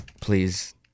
Please